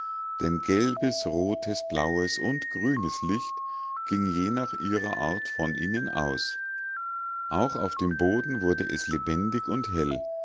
denn gelbes rotes blaues und grünes licht ging je nach ihrer art von ihnen aus auch auf dem boden wurde es lebendig und hell